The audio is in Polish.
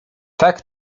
tak